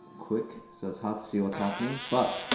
quick, so it's hard to see what's happening. but.